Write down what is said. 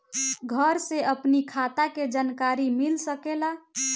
घर से अपनी खाता के जानकारी मिल सकेला?